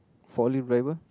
forklift driver